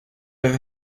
over